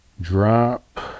drop